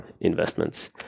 investments